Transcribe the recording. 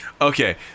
Okay